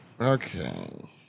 okay